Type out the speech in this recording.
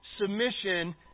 submission